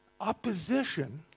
opposition